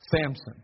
Samson